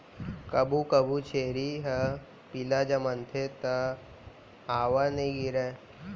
कभू कभू छेरी ह पिला जनमथे त आंवर नइ गिरय